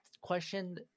question